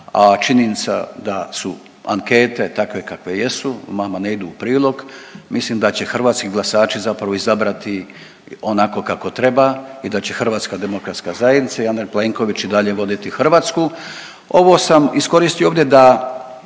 a činjenica da su ankete takve kakve jesu, vama ne idu u prilog. Mislim da će hrvatski glasači zapravo izabrati onako kako treba i da će HDZ i Andrej Plenković i dalje voditi Hrvatsku. Ovo sam iskoristio ovdje da